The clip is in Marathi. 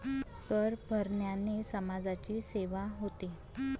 कर भरण्याने समाजाची सेवा होते